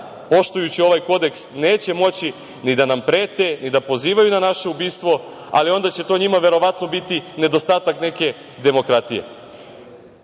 poštujući ovaj Kodeks, neće moći ni da nam prete, ni da pozivaju na naše ubistvo, ali onda će to njima verovatno biti nedostatak neke demokratije. Pozvao